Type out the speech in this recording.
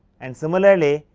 and similarly,